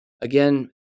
Again